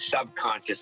subconscious